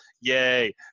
Yay